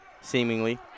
seemingly